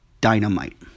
Dynamite